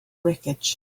wreckage